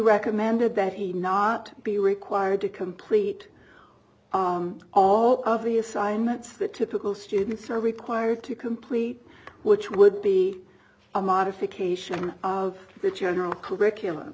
recommended that he not be required to complete all of the assignments that typical students are required to complete which would be a modification of the general curricul